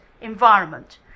environment